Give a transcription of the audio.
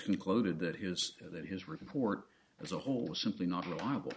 concluded that his that his report as a whole simply not reliable